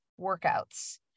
workouts